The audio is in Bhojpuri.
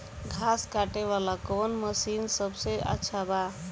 घास काटे वाला कौन मशीन सबसे अच्छा बा?